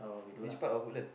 which part of Woodland